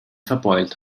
verbeult